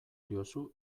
diozu